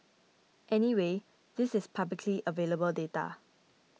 anyway this is publicly available data